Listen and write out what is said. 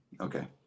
Okay